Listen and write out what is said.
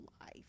life